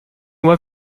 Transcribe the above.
mois